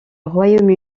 royaume